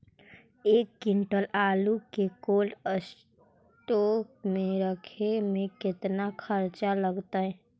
एक क्विंटल आलू के कोल्ड अस्टोर मे रखे मे केतना खरचा लगतइ?